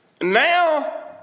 Now